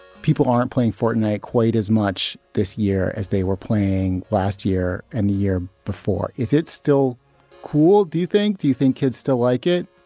people aren't playing fortnight quite as much this year as they were playing last year and the year before is it's still cool. do you think do you think kids still like it?